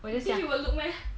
you think you will look meh